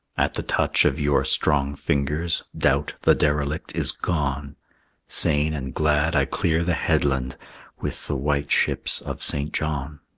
at the touch of your strong fingers, doubt, the derelict, is gone sane and glad i clear the headland with the white ships of st. john.